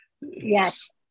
Yes